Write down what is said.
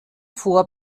vor